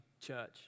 church